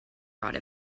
brought